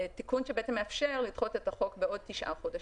תיקון שמאפשר לדחות את החוק בעוד תשעה חודשים.